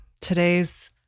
today's